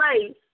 place